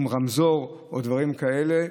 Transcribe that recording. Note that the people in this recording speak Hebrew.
עם רמזור או דברים כאלה,